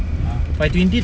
ah